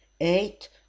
eight